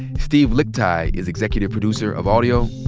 steve lickteig is executive producer of audio.